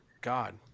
God